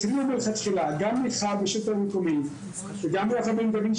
התריעו מלכתחילה גם --- הרשות המקומית וגם יפה בן דוד,